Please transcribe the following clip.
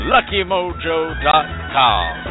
LuckyMojo.com